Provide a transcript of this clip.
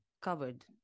covered